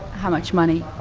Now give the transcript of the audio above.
how much money?